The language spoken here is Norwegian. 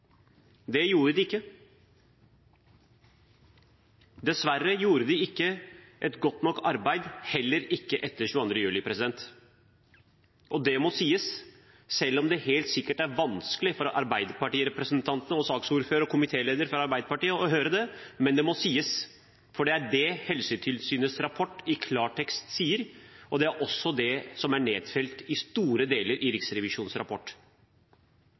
Det gjorde de ikke. Dessverre gjorde de ikke et godt nok arbeid, heller ikke etter 22. juli. Og det må sies, selv om det helt sikkert er vanskelig for arbeiderpartirepresentantene og saksordføreren og komitélederen fra Arbeiderpartiet å høre det. Det må sies, for det er det Helsetilsynets rapport i klartekst sier, og det er også det som er nedfelt i store deler av Riksrevisjonens rapport.